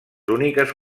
úniques